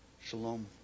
Shalom